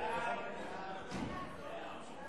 ההצעה